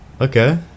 Okay